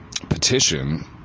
petition